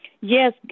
yes